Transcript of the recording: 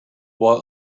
while